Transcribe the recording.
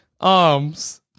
arms